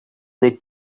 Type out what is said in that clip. they